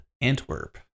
Antwerp